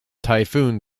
typhoon